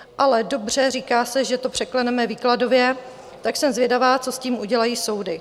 Ale dobře, říká se, že to překleneme výkladově, tak jsem zvědavá, co s tím udělají soudy.